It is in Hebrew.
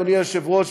אדוני היושב-ראש,